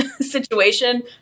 situation